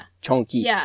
chunky